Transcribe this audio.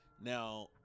now